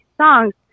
songs